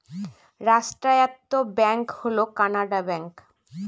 রাষ্ট্রায়ত্ত ব্যাঙ্ক হল কানাড়া ব্যাঙ্ক